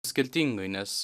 skirtingai nes